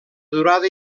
durada